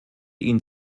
ihnen